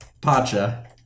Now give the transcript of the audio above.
Pacha